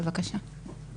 בבקשה.